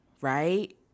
right